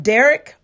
Derek